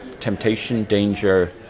temptation-danger